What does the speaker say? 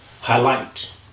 highlight